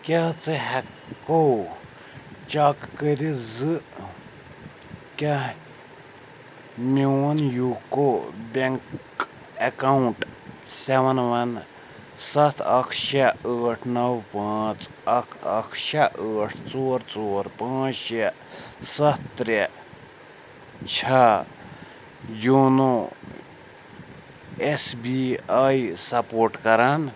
کیٛاہ ژٕ ہیٚکہٕ کھو چیٚک کٔرِتھ زٕ کیٛاہ میٛون یوٗکو بیٚنٛک ایٚکاونٛٹ سیوَن وَن سَتھ اکھ شےٚ ٲٹھ نَو پانٛژھ اکھ اکھ شےٚ ٲٹھ ژور ژور پانٛژھ شےٚ سَتھ ترٛےٚ چھا YONO S B I support کران